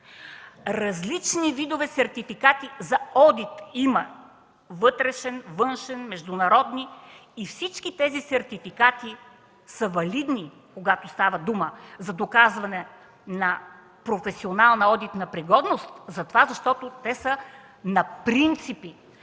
различни видове сертификати за одити – вътрешен, външен, международни и всички тези сертификати са валидни, когато става дума за доказване на професионална одитна пригодност, защото те са на принципи,